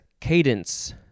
cadence